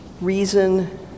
reason